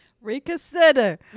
reconsider